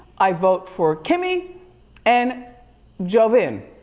i vote for kimmy and jovin,